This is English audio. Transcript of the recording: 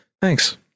Thanks